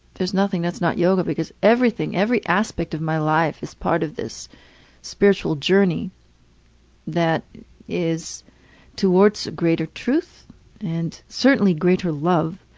there's nothing that's not yoga because everything, every aspect of my life is part of this spiritual journey that is towards a greater truth and certainly greater love.